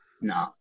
no